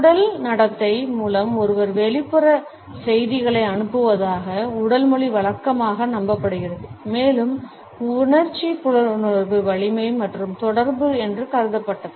உடல் நடத்தை மூலம் ஒருவர் வெளிப்புற செய்திகளை அனுப்புவதாக உடல் மொழி வழக்கமாக நம்பப்படுகிறது மேலும் உணர்ச்சி புலனுணர்வு வலிமை மற்றும் தொடர்பு என்று கருதப்பட்டது